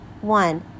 One